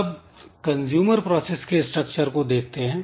अब consumer process के structure को देखते हैं